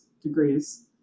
degrees